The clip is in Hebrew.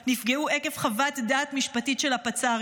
נפגעו עקב חוות דעת משפטית של הפצ"רית.